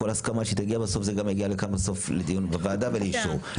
כל הסכמה שתגיע בסוף זה גם יגיע לכאן בסוף לדיון בוועדה ולאישור.